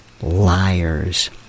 liars